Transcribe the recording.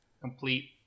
complete